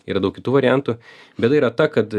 yra daug kitų variantų bėda yra ta kad